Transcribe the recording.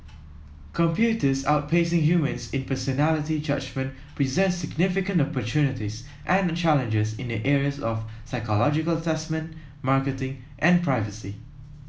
computers outpacing humans in personality judgement presents significant opportunities and challenges in the areas of psychological assessment marketing and privacy